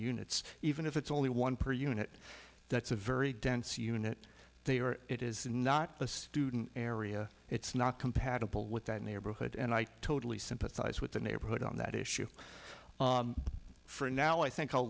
units even if it's only one per unit that's a very dense unit they are it is not a student area it's not compatible with that neighborhood and i totally sympathize with the neighborhood on that issue for now i think i'll